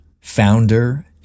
founder